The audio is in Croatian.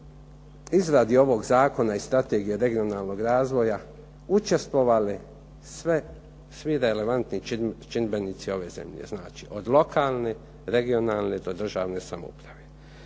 izradi ovog zakona i Strategije regionalnog razvoja učestvovale svi relevantni čimbenici ove zemlje. Znači od lokalne, regionalne, do državne samouprave.